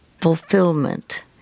fulfillment